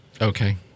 Okay